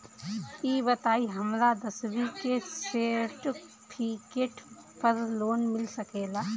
ई बताई हमरा दसवीं के सेर्टफिकेट पर लोन मिल सकेला?